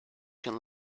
can